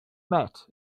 met